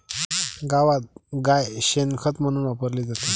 गावात गाय शेण खत म्हणून वापरली जाते